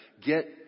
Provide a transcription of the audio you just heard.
Get